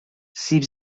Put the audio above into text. سیب